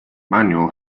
manuel